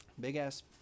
Big-ass